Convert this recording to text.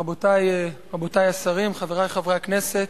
תודה רבה, רבותי השרים, חברי חברי הכנסת,